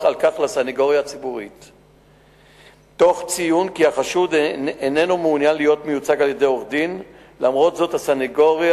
1 2. אדוני היושב-ראש, כנסת נכבדה,